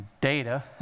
data